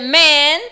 man